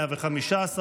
115,